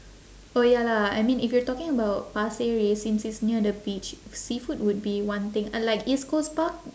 oh ya lah I mean if you're talking about pasir ris since it's near the beach seafood would be one thing uh like east coast park